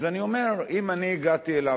אז אני אומר שאם אני הגעתי אליו,